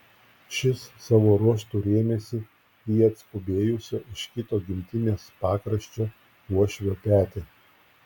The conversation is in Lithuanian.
šis savo ruoštu rėmėsi į atskubėjusio iš kito gimtinės pakraščio uošvio petį